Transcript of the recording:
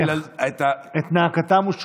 את נאקתם.